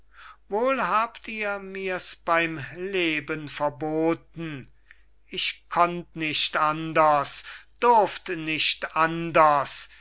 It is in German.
wohl habt ihr mirs beym leben verboten ich konnt nicht anders durft nicht anders